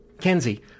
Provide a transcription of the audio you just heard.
Kenzie